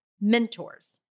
mentors